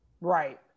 Right